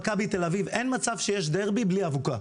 אין מצב שיש דרבי בלי אבוקה.